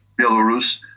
Belarus